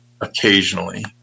occasionally